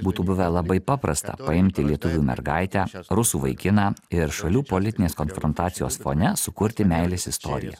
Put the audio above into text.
būtų buvę labai paprasta paimti lietuvių mergaitę rusų vaikiną ir šalių politinės konfrontacijos fone sukurti meilės istoriją